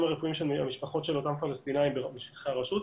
הרפואיים של המשפחות של אותם פלסטינים בשטחי הרשות,